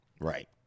Right